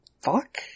fuck